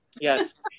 Yes